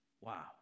Wow